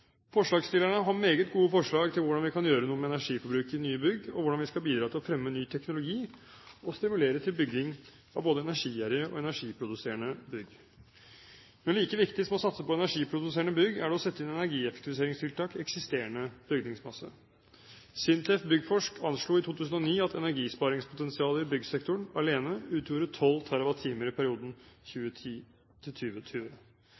Forslagsstillerne har meget gode forslag til hvordan vi kan gjøre noe med energiforbruket i nye bygg, og hvordan vi skal bidra til å fremme ny teknologi som vil stimulere til bygging av både energigjerrige og energiproduserende bygg. Men like viktig som å satse på energiproduserende bygg er det å sette inn energieffektiviseringstiltak i eksisterende bygningsmasse. SINTEF Byggforsk anslo i 2009 at energisparingspotensialet i byggsektoren alene utgjorde 12 TWh i perioden 2010–2020. Det tilsvarer energiforbruket til